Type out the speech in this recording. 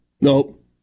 Nope